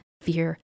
fear